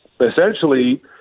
essentially